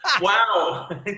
Wow